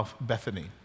Bethany